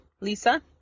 Lisa